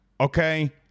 okay